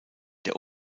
der